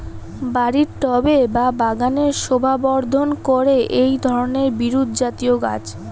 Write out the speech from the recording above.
বাড়ির টবে বা বাগানের শোভাবর্ধন করে এই ধরণের বিরুৎজাতীয় গাছ